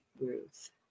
Ruth